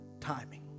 timing